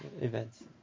events